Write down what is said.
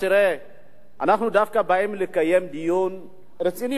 אנחנו דווקא באים לקיים דיון רציני